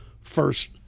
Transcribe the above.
first